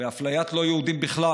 ואפליית לא-יהודים בכלל,